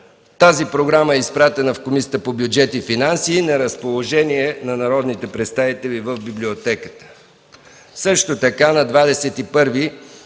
Тази програма е изпратена в Комисията по бюджет и финанси. На разположение е на народните представители в Библиотеката.